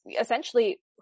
essentially